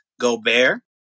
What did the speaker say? Gobert